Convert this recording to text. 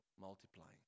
multiplying